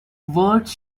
words